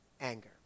Anger